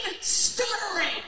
stuttering